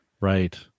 Right